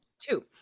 two